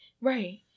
Right